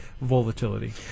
volatility